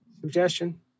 suggestion